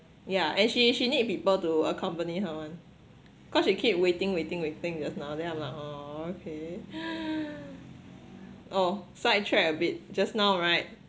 yeah and she she need people to accompany her [one] cause she keep waiting waiting waiting just now then I'm like oh okay oh side track a bit just now right